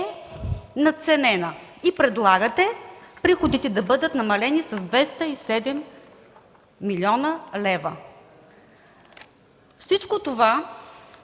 надценена и предлагате приходите да бъдат намалени с 207 млн. лв.! Всичко това